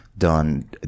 done